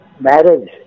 marriage